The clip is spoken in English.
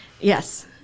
yes